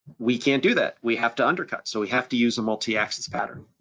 we can do that, we have to undercut. so we have to use a multiaxis pattern.